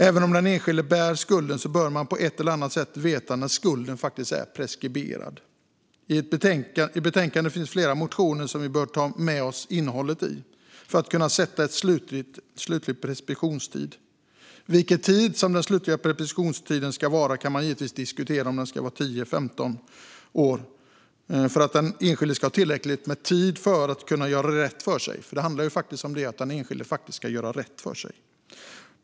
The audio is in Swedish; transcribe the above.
Även om den enskilde bär skulden bör man på ett eller annat sätt veta när skulden är preskriberad. I betänkandet finns flera motioner som vi bör ta med oss innehållet i för att kunna sätta en slutlig preskriptionstid. Vilken tid som den slutliga preskriptionstiden ska vara kan man givetvis diskutera - om den ska vara 10 eller 15 år för att den enskilde ska ha tillräckligt med tid för att kunna göra rätt för sig. Det handlar ju faktiskt om att den enskilde ska göra rätt för sig.